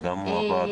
זה גם אם הוא עבד,